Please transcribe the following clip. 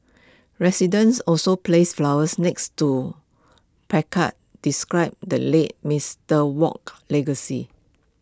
residents also placed flowers next to placards describe the late Mister Wok's legacy